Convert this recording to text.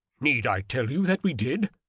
need i tell you that we did?